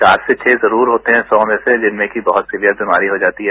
चार से छह जरूर होते हैं सौ में से जिनमें कि बहुत सीवियर बीमारी हो जाती है